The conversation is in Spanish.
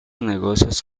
negocios